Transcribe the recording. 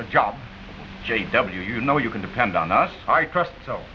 the job j w you know you can depend on us i trust so